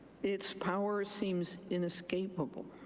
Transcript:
it's power seems inescapable,